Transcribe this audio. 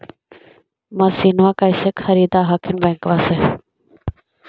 मसिनमा कैसे खरीदे हखिन बैंकबा से?